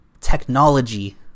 technology